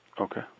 okay